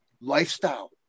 lifestyle